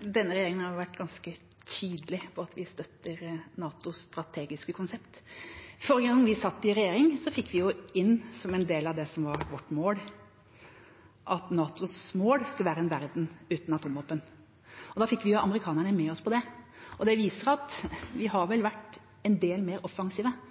Denne regjeringa har vært ganske tydelig på at vi støtter NATOs strategiske konsept. Forrige gang vi satt i regjering, fikk vi inn som en del av vårt mål at NATOs mål skulle være en verden uten atomvåpen. Da fikk vi amerikanerne med oss på det, og det viser at vi har vært en del mer